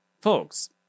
Folks